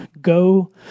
go